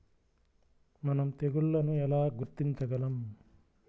మనం తెగుళ్లను ఎలా గుర్తించగలం?